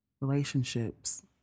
relationships